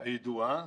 הידועה,